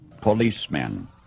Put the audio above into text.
Policemen